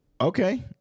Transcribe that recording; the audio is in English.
Okay